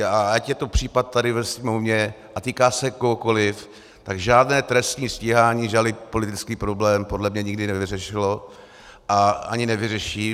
A ať je to případ tady ve Sněmovně a týká se kohokoliv, tak žádné trestní stíhání žádný politický problém podle mě nikdy nevyřešilo a ani nevyřeší.